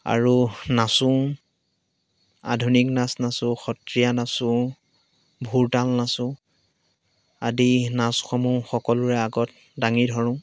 আৰু নাচোঁও আধুনিক নাচ নাচোঁ সত্ৰীয়া নাচোঁ ভোৰতাল নাচোঁ আদি নাচসমূহ সকলোৰে আগত দাঙি ধৰোঁ